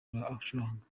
acuranga